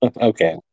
Okay